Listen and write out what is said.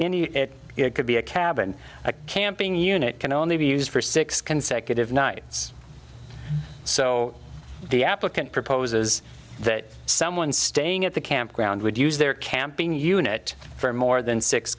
any it could be a cabin a camping unit can only be used for six consecutive nights so the applicant proposes that someone staying at the campground would use their camping unit for more than six